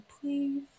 please